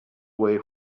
way